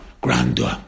grandeur